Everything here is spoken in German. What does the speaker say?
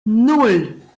nan